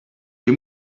you